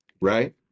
right